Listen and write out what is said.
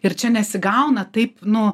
ir čia nesigauna taip nu